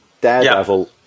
daredevil